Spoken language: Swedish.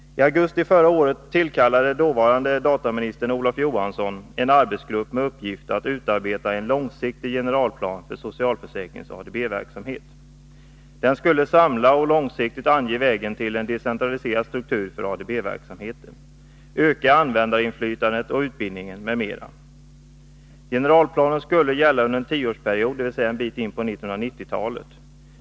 I augusti förra året tillkallade dåvarande dataministern Olof Johansson en arbetsgrupp med uppgift att utarbeta en långsiktig generalplan för socialförsäkringens ADB-verksamhet. Den skulle samla och långsiktigt ange vägen till en decentraliserad struktur för ADB-verksamheten, öka användarinflytandet, utbildningen m.m. Generalplanen skulle gälla under en tioårsperiod, dvs. en bit in på 1990-talet.